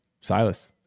Silas